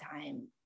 time